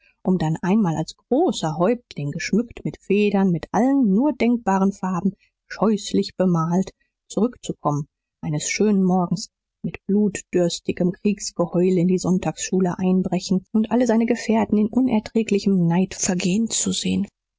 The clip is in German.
um dann einmal als großer häuptling geschmückt mit federn mit allen nur denkbaren farben scheußlich bemalt zurückzukommen eines schönen morgens mit blutdürstigem kriegsgeheul in die sonntagsschule einbrechen und alle seine gefährten in unerträglichem neid vergehen zu sehen